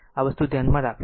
આ વસ્તુ ધ્યાનમાં રાખવી